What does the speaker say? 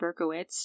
Berkowitz